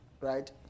right